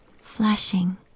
flashing